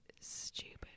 stupid